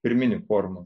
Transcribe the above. pirminių formų